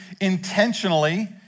intentionally